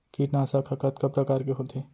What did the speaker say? कीटनाशक ह कतका प्रकार के होथे?